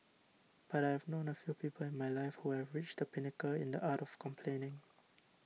but I have known a few people in my life who have reached the pinnacle in the art of complaining